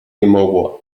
immobile